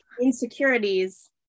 insecurities